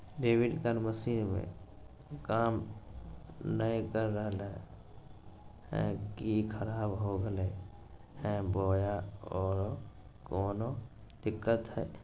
Debit card machine में काम नाय कर रहले है, का ई खराब हो गेलै है बोया औरों कोनो दिक्कत है?